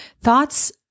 Thoughts